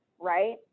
right